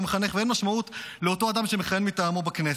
מחנך ואין משמעות לאותו אדם שמכהן מטעמו בכנסת.